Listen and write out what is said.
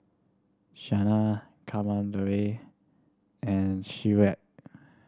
Sanal Kamaladevi and